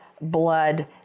blood